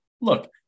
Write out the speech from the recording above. look